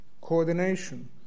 coordination